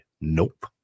Nope